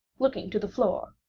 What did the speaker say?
looking to the floor,